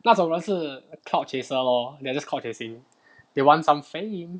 那种人是 crowd chaser lor they're just crowd chasing they want some fan